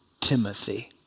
Timothy